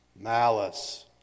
malice